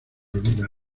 olvida